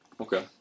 Okay